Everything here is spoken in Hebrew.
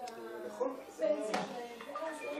ועדת הקורונה.